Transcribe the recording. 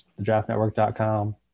thedraftnetwork.com